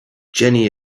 jenny